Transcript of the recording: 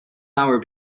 hour